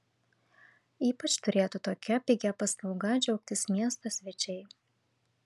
ypač turėtų tokia pigia paslauga džiaugtis miesto svečiai